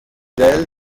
d’elle